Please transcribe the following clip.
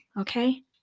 okay